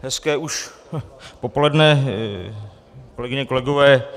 Hezké už popoledne, kolegyně, kolegové.